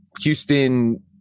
Houston